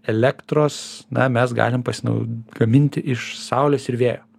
elektros na mes galime pasinau gaminti iš saulės ir vėjo